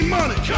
Money